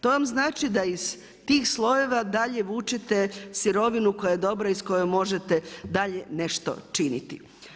To vam znači da iz tih slojeva dalje vučete sirovinu koja je dobra i s kojom možete dalje nešto činiti.